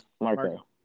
Marco